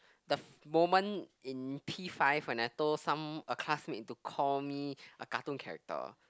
the moment in P five when I told some a classmate to call me a cartoon character